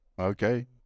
Okay